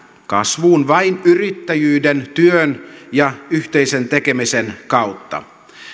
kasvuun vain yrittäjyyden työn ja yhteisen tekemisen kautta